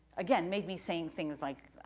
again, made me saying things like,